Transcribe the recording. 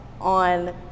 on